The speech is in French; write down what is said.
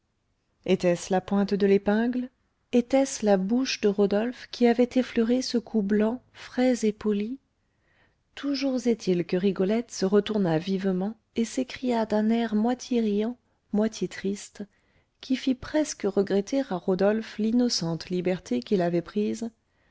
la pointe de l'épingle était-ce la bouche de rodolphe qui avait effleuré ce cou blanc frais et poli toujours est-il que rigolette se retourna vivement et s'écria d'un air moitié riant moitié triste qui fit presque regretter à rodolphe l'innocente liberté qu'il avait prise